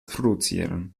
produzieren